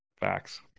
Facts